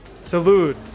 Salute